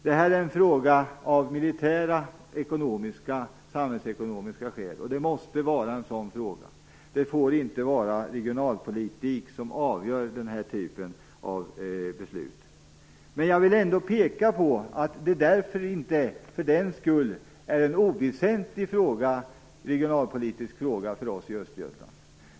Det här är en militär samhällsekonomisk fråga, och det måste vara en sådan fråga. Det får inte vara regionalpolitiken som avgör den här typen av beslut. Jag vill ändå påpeka att det för den skull inte är en oväsentlig regionalpolitisk fråga för oss i Östergötland.